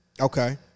Okay